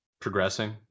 progressing